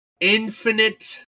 infinite